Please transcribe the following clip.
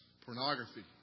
Pornography